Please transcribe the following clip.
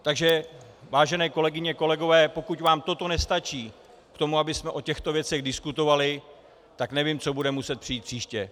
Takže vážené kolegyně, kolegové, pokud vám toto nestačí k tomu, abychom o těchto věcech diskutovali, tak nevím, co bude muset přijít příště.